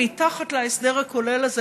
מתחת להסדר הכולל הזה,